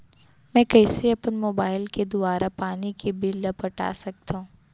मैं कइसे अपन मोबाइल के दुवारा पानी के बिल ल पटा सकथव?